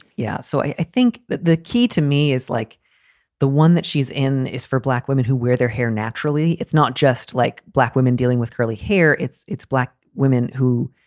yeah so i think that the key to me is like the one that she's in is for black women who wear their hair naturally it's not just like black women dealing with curly hair. it's it's black women who,